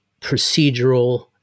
procedural